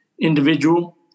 individual